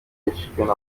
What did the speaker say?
yiswe